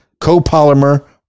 copolymer